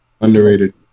Underrated